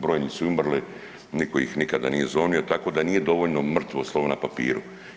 Brojni su i umrli, nitko ih nikada nije zovnu tako da nije dovoljno „mrtvo slovo na papiru“